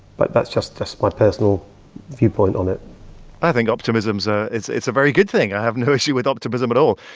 but that's just just my personal viewpoint on it i think optimism's a it's it's a very good thing. i have no issue with optimism at all.